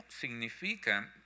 significa